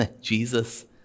Jesus